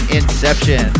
Inception